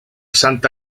santa